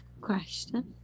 question